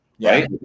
right